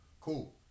Cool